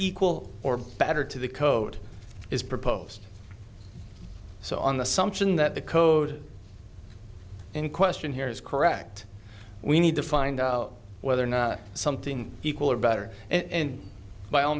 equal or better to the code is proposed so on the something that the code in question here is correct we need to find out whether or not something equal or better and by all